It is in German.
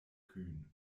kühn